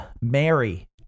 Mary